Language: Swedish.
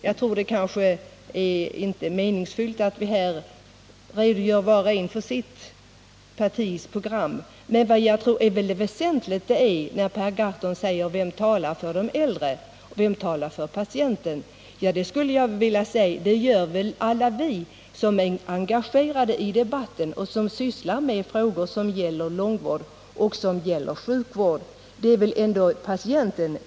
Jag tror inte att det är meningsfyllt att var och en här redogör för sitt partis program, men jag tror att det är ytterligt väsentligt när Per Gahrton frågar vem som talar för de äldre. Vem talar för patienten? Jag skulle vilja säga att det gör väl alla vi som är engagerade i debatten och som sysslar med långtidsvård och med sjukvård över huvud taget.